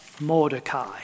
Mordecai